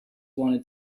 wanted